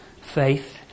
faith